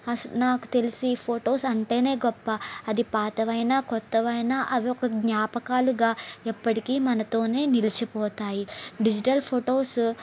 అస్సలు నాకు తెలిసి ఫోటోస్ అంటేనే గొప్ప అది పాతవైనా క్రొత్తవైనా అవి ఒక జ్ఞాపకాలుగా ఎప్పటికీ మనతోనే నిలిచిపోతాయి డిజిటల్ ఫొటోస్